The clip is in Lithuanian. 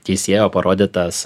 teisėjo parodytas